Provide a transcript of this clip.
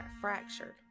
fractured